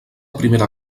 primera